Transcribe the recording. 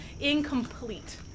incomplete